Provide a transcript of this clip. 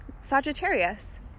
sagittarius